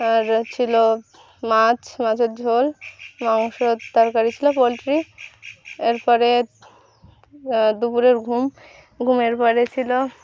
আর ছিল মাছ মাছর ঝোল মাংসর তরকারি ছিল পোলট্রি এরপরে দুপুরের ঘুম ঘুমের পরে ছিল